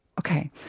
Okay